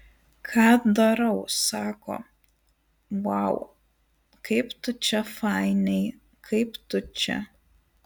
ką darau sako vau kaip tu čia fainiai kaip tu čia